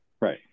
Right